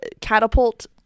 catapult